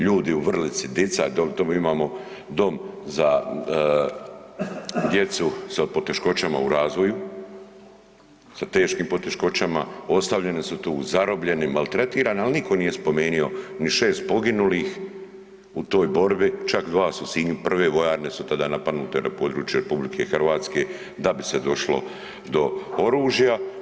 Ljudi u Vrlici, dica, tamo imamo dom za djecu sa poteškoćama u razvoju sa teškim poteškoćama, ostavljeni su tu, zarobljeni, maltretirani ali nitko nije spomenuo ni šest poginulih u toj borbi, čak dva su u Sinju, prve vojarne su tada napadnute na području RH da bi se došlo do oružja.